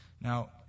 Now